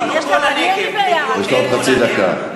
יש לו עוד חצי דקה.